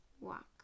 walk